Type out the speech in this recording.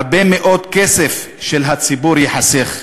הרבה מאוד כסף של הציבור ייחסך,